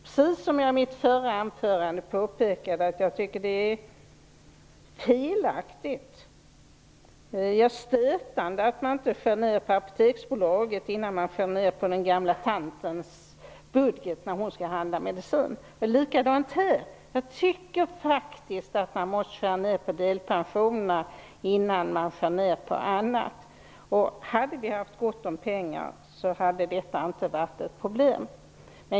Precis som jag i mitt förra anförande påpekade tycker jag även här att det är felaktigt, stötande, att man inte skär ner på Apoteksbolaget innan man skär ner på den gamla tantens budget när hon skall köpa medicin. Det är likadant här. Jag tycker att man måste skära ner på delpensionerna innan man skär ner på något annat. Hade vi haft gott om pengar hade detta inte varit något problem.